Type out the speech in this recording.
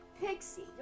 Pixie